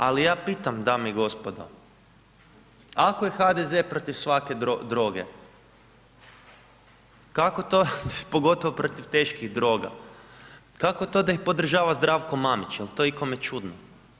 Ali ja pitam dame i gospodu, ako je HDZ protiv svake droge, kako to, pogotovo protiv teških droga, kako to da ih podržava Zdravko Mamić, jel to ikome čudno?